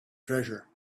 treasure